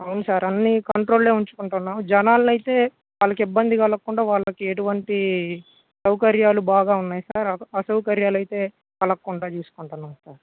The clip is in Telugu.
అవును సార్ అన్ని కంట్రోల్లో ఉంచుకుంటున్నాం జనాల్ని అయితే వాళ్ళకి ఇబ్బంది కలగకుండా వాళ్ళకి ఎటువంటి సౌకర్యాలు బాగా ఉన్నాయి సార్ అసౌకర్యాలు అయితే కలగకుండా చూసుకుంటున్నాం సార్